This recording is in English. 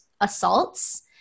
assaults